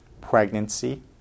pregnancy